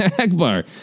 Akbar